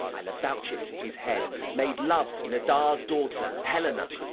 i'll avouch it to his head, made love to nedar's daughter, helena,